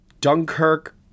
Dunkirk